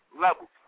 levels